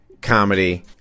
comedy